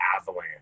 avalanche